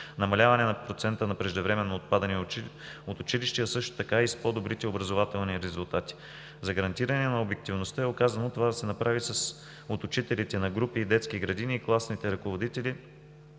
намаляване на процента на преждевременно отпадане от училище, а също така и с по-добрите образователни резултати. За гарантиране на обективността е указано това да се направи от учителите на групи в детски градини и класните ръководители